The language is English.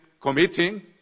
committing